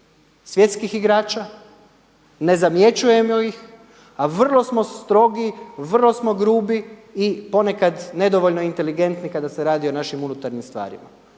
svjetskih igrača, ne zamjećujemo ih, a vrlo smo strogi, vrlo smo grubi i ponekad nedovoljno inteligentni kada se radi o našim unutarnjim stvarima.